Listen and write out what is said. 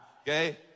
Okay